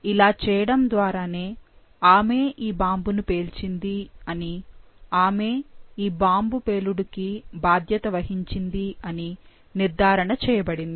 ఇలా చేయడం ద్వారానే ఆమే ఈ బాంబుని పేల్చింది అని ఆమే ఈ బాంబు పేలుడుకి బాధ్యత వహించింది అని నిర్ధారణ చేయబడింది